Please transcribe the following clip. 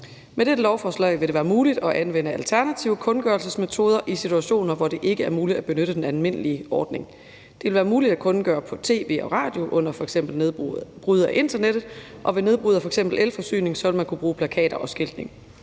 Med dette lovforslag vil det være muligt at anvende alternative kundgørelsesmetoder i situationer, hvor det ikke er muligt at benytte den almindelige ordning. Det vil være muligt at kundgøre på tv og radio under f.eks. nedbrud af internettet, og ved nedbrud af f.eks. elforsyningen vil man kunne bruge plakater og skiltning.